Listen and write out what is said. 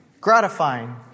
gratifying